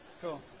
cool